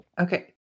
Okay